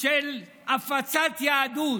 של הפצת יהדות,